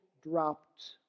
dropped